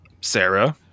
Sarah